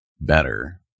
better